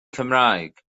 cymraeg